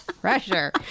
pressure